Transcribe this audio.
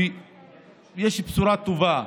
ויש בשורה טובה,